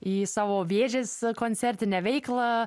į savo vėžes koncertinę veiklą